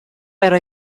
era